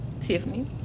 Tiffany